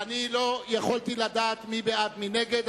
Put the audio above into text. אני לא יכולתי לדעת מי בעד ומי נגד.